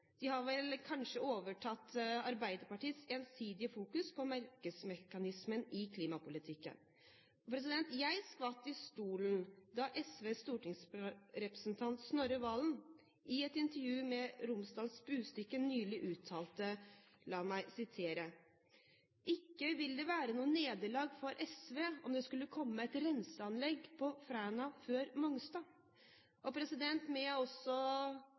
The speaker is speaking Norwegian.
De har kanskje overtatt Arbeiderpartiets ensidige fokus på markedsmekanismer i klimapolitikken. Jeg skvatt i stolen da SVs stortingsrepresentant Snorre Serigstad Valen i et intervju med Romsdals Budstikke nylig uttalte at det ikke vil være noe nederlag for SV om det skulle komme et renseanlegg på Fræna før på Mongstad. Også